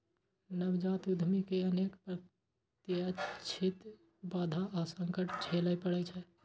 नवजात उद्यमी कें अनेक अप्रत्याशित बाधा आ संकट झेलय पड़ै छै